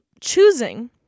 choosing